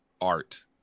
art